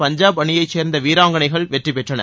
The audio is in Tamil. பஞ்சாப் அணியைச் சேர்ந்த வீராங்கணைகள்வெற்றிபெற்றனர்